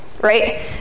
right